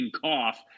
cough